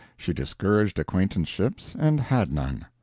she discouraged acquaintanceships, and had none.